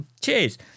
Cheers